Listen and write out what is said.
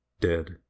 Dead